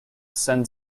send